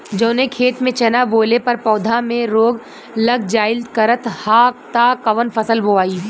जवने खेत में चना बोअले पर पौधा में रोग लग जाईल करत ह त कवन फसल बोआई?